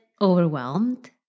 overwhelmed